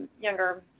younger